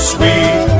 Sweet